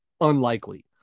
unlikely